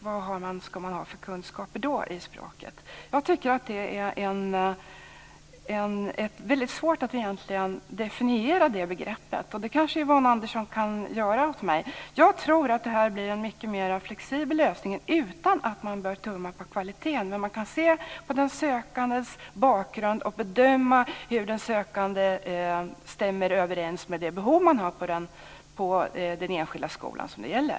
Vilka kunskaper ska man då ha i språket? Jag tycker att det är svårt att egentligen definiera det begreppet. Yvonne Andersson kan kanske göra det åt mig. Jag tror att det här blir en mycket mera flexibel lösning, utan att man behöver tumma på kvaliteten. Man kan se på sökandens bakgrund och bedöma hur sökanden stämmer överens med behoven på den enskilda skola som det gäller.